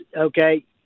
okay